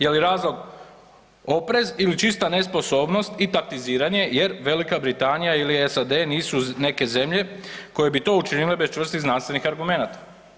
Je li razlog oprez ili čista nesposobnost i taktiziranje jer Velika Britanija ili SAD nisu neke zemlje koje bi to učinile bez čvrstih znanstvenih argumenata?